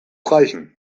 reichen